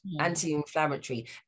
anti-inflammatory